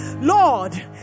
lord